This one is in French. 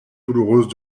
douloureuse